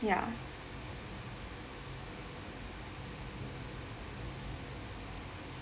ya